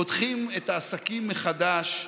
פותחים את העסקים מחדש,